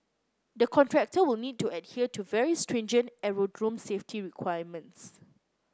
the contractor will need to adhere to very stringent aerodrome safety requirements